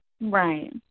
Right